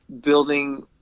building